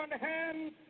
hands